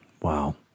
wow